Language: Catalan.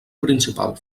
principal